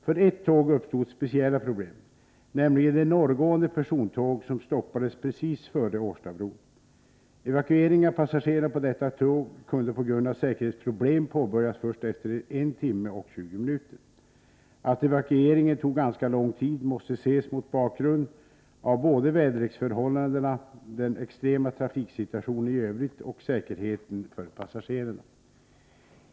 För ett tåg uppstod speciella problem, nämligen det norrgående persontåg som stoppades precis före Årstabron. Evakueringen av passagerarna på detta tåg kunde på grund av säkerhetsproblem påbörjas först efter en timme och tjugo minuter. Att evakueringen tog ganska lång tid måste ses mot bakgrund av väderleksförhållandena, den extrema trafiksituationen i övrigt och säkerheten för passagerarna.